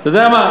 אתה יודע מה,